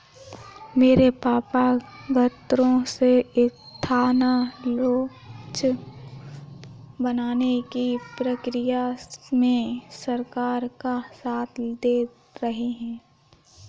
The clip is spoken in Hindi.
मेरे पापा गन्नों से एथानाओल बनाने की प्रक्रिया में सरकार का साथ दे रहे हैं